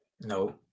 No